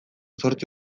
zortzi